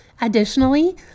Additionally